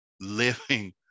Living